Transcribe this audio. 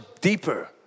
deeper